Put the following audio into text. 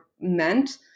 meant